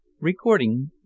Recording